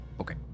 Okay